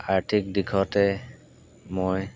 আৰ্থিক দিশতে মই